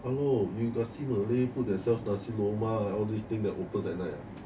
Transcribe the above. hello you got see malay food that sells nasi lemak all this thing that opens at night